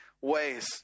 ways